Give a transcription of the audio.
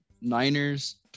Niners